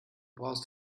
brauchst